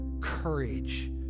courage